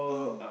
ah